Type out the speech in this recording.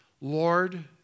Lord